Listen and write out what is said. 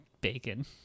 bacon